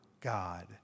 God